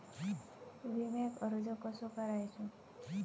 विम्याक अर्ज कसो करायचो?